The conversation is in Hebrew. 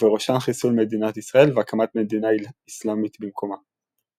ובראשן חיסול מדינת ישראל והקמת מדינה איסלמית במקומה.